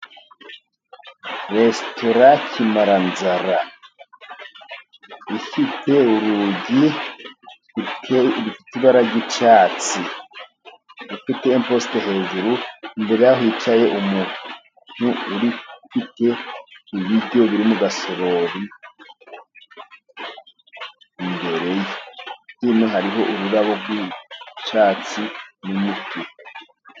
Resitora kimaranzara, ifite urugi rufite ibara ry'icyatsi, post hejuru, imbere yaho hicaye umuntu ufite ibiryo biri mugasorori, hariho ururabo rw'icyatsi n'imiti..